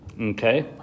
Okay